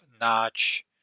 notch